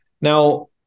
Now